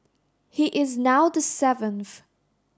he is now the seventh